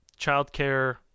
childcare